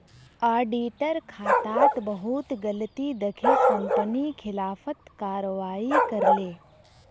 auditor खातात बहुत गलती दखे कंपनी खिलाफत कारवाही करले